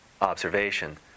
Observation